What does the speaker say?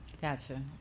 Gotcha